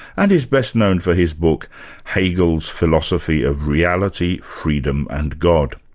and is best-known for his book hegel's philosophy of reality, freedom and god.